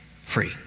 free